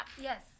Yes